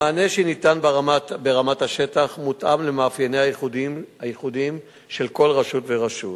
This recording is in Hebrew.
המענה שניתן ברמת השטח מותאם למאפייניה הייחודיים של כל רשות ורשות,